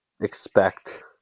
expect